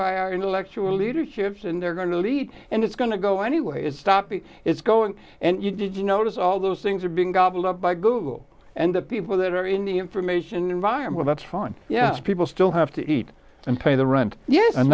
by our intellectual leader he gives and they're going to lead and it's going to go anyway it's stopping it's going and you did you notice all those things are being gobbled up by google and the people that are in the information environment that's fine yeah people still have to eat and pay the rent